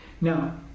Now